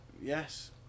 Yes